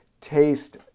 taste